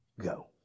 go